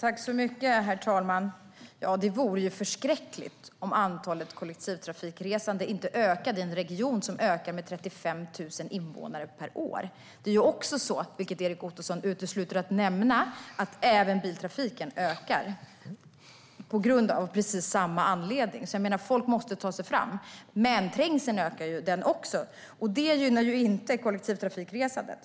Herr talman! Det vore förskräckligt om antalet kollektivtrafikresande inte ökade i en region som ökar med 35 000 invånare per år. Det är också så, vilket Erik Ottoson utesluter att nämna, att även biltrafiken ökar av precis samma anledning. Folk måste ta sig fram. Men trängseln ökar också, och det gynnar inte kollektivtrafikresandet.